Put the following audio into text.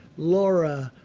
laura.